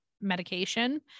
medication